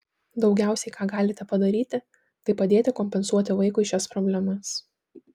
daugiausiai ką galite padaryti tai padėti kompensuoti vaikui šias problemas